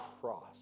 cross